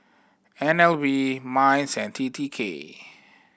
N L B MINDS and T T K